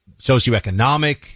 socioeconomic